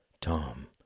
Tom